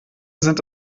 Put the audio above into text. sind